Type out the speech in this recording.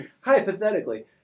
hypothetically